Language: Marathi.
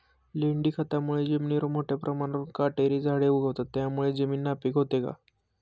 लेंडी खतामुळे जमिनीवर मोठ्या प्रमाणावर काटेरी झाडे उगवतात, त्यामुळे जमीन नापीक होते का?